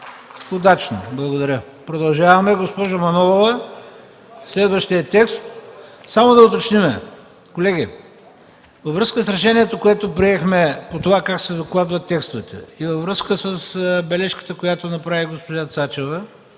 удачно. Продължаваме, госпожо Манолова, със следващия текст. Колеги, само да уточним – във връзка с решението, което приехме, по това как ще се докладват текстовете, и във връзка с бележката, която направи госпожа Цачева,